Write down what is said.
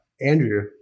Andrew